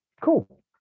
cool